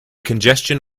congestion